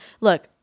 look